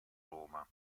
roma